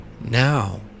now